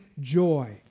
joy